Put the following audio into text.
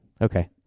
okay